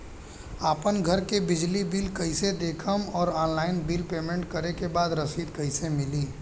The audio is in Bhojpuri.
आपन घर के बिजली बिल कईसे देखम् और ऑनलाइन बिल पेमेंट करे के बाद रसीद कईसे मिली?